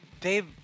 Dave